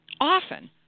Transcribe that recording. Often